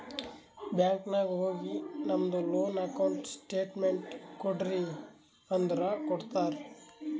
bank ನಾಗ್ ಹೋಗಿ ನಮ್ದು ಲೋನ್ ಅಕೌಂಟ್ ಸ್ಟೇಟ್ಮೆಂಟ್ ಕೋಡ್ರಿ ಅಂದುರ್ ಕೊಡ್ತಾರ್